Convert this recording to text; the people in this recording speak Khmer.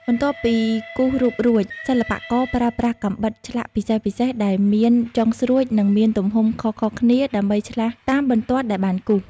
បន្ទាប់ពីគូសរូបរួច សិល្បករប្រើប្រាស់កាំបិតឆ្លាក់ពិសេសៗដែលមានចុងស្រួចនិងមានទំហំខុសៗគ្នាដើម្បីឆ្លាក់តាមបន្ទាត់ដែលបានគូស។